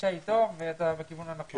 בפגישה איתו ואתה בכיוון הנכון.